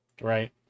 right